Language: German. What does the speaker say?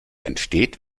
entsteht